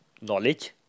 knowledge